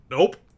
Nope